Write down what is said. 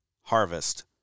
harvest